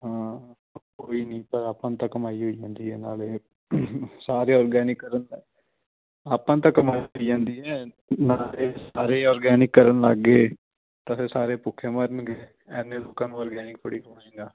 ਹਾਂ ਕੋਈ ਨਹੀਂ ਤਾਂ ਆਪਾਂ ਨੂੰ ਤਾਂ ਕਮਾਈ ਹੋਈ ਜਾਂਦੀ ਹੈ ਨਾਲੇ ਸਾਰੇ ਔਰਗੈਨਿਕ ਕਰਨ ਤਾਂ ਆਪਾਂ ਨੂੰ ਤਾਂ ਕਮਾਈ ਹੋਈ ਜਾਂਦੀ ਹੈ ਸਾਰੇ ਔਰਗੈਨਿਕ ਕਰਨ ਲੱਗ ਗਏ ਤਾਂ ਫਿਰ ਸਾਰੇ ਭੁੱਖੇ ਮਰਨਗੇ ਇੰਨੇ ਲੋਕਾਂ ਨੂੰ ਔਰਗੈਨਿਕ ਬੜੀ